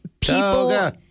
People